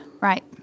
right